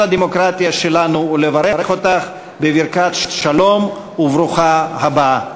הדמוקרטיה שלנו ולברך אותך בברכת שלום וברוכה הבאה.